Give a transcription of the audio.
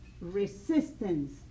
resistance